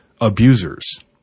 abusers